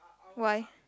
why